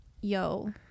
Yo